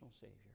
Savior